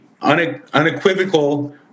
unequivocal